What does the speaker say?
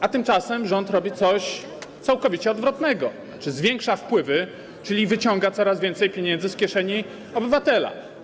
A tymczasem rząd robi coś całkowicie odwrotnego: zwiększa wpływy, czyli wyciąga coraz więcej pieniędzy z kieszeni obywatela.